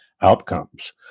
outcomes